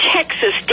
Texas